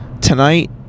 Tonight